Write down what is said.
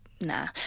Nah